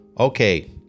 Okay